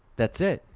that's it.